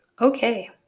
okay